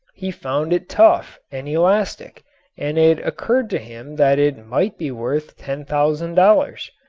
he found it tough and elastic and it occurred to him that it might be worth ten thousand dollars.